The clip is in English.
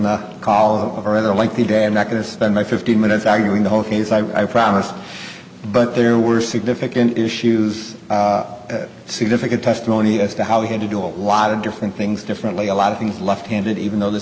the call or in a lengthy day i'm not going to spend my fifteen minutes arguing the whole case i've promised but there were significant issues significant testimony as to how we had to do a lot of different things differently a lot of things left handed even though th